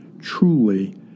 truly